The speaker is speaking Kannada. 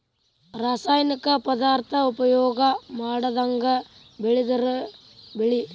ರಾಸಾಯನಿಕ ಪದಾರ್ಥಾ ಉಪಯೋಗಾ ಮಾಡದಂಗ ಬೆಳದಿರು ಬೆಳಿ